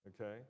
Okay